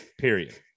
period